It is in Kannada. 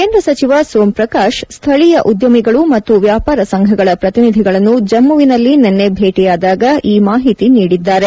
ಕೇಂದ್ರ ಸಚಿವ ಸೋಮ್ ಪ್ರಕಾಶ್ ಸ್ದಳೀಯ ಉದ್ಯಮಿಗಳು ಮತ್ತು ವ್ಯಾಪಾರ ಸಂಘಗಳ ಪ್ರತಿನಿಧಿಗಳನ್ನು ಜಮ್ಮುವಿನಲ್ಲಿ ನಿನ್ನೆ ಭೇಟಿಯಾದಾಗ ಈ ಮಾಹಿತಿ ನೀಡಿದ್ದಾರೆ